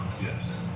Yes